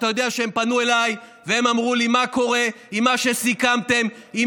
אתה יודע שהם פנו אליי והם אמרו לי: מה קורה עם מה שסיכמתם עם